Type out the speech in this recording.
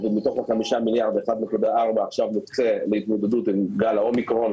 ובתוך 5 מיליארד 1.4 מוקצה עכשיו להתמודדות עם גל האומיקרון.